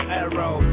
arrow